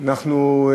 תודה רבה, אנחנו,